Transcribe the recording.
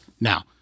Now